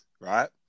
right